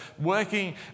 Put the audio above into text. working